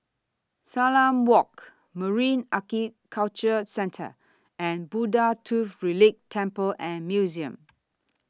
Salam Walk Marine Aquaculture Centre and Buddha Tooth Relic Temple and Museum